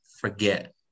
forget